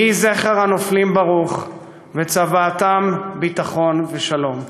יהי זכר הנופלים ברוך, וצוואתם ביטחון ושלום.